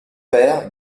père